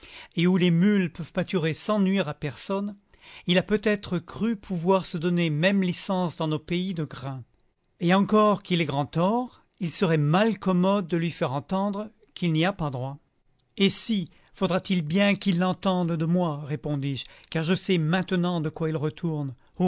et où les mules peuvent pâturer sans nuire à personne il a peut-être cru pouvoir se donner même licence dans nos pays de grain et encore qu'il ait grand tort il serait mal commode de lui faire entendre qu'il n'y a pas droit et si faudra-t-il bien qu'il l'entende de moi répondis-je car je sais maintenant de quoi il retourne